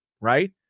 Right